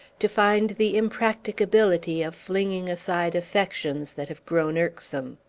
to find the impracticability of flinging aside affections that have grown irksome.